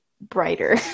brighter